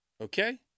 Okay